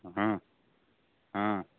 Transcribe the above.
हँ हँ